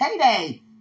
Payday